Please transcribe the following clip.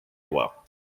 well